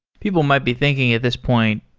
people might be thinking at this point,